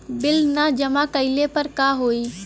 Bill न जमा कइले पर का होई?